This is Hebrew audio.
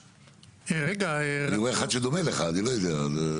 אני רואה אחד שדומה לך, אני לא יודע.